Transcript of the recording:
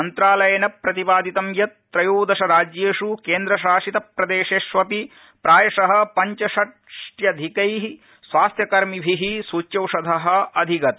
मन्त्रालयेन प्रतिपादितम् यत् त्रयोदशराज्येष् केन्द्र शासित प्रदेशेष्वपि प्रायश पञ्चषष्ट्यधिक्व न्वास्थ्यकर्मिभि सृच्यौषध अधिगत